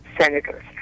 senators